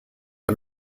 are